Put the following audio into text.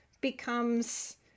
becomes